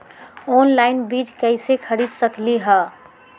Online बीज कईसे खरीद सकली ह?